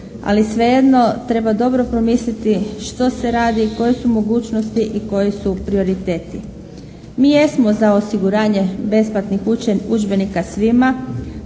Ali svejedno treba dobro promisliti što se radi, koje su mogućnosti i koji su prioriteti. Mi jesmo za osiguranje besplatnih udžbenika svima,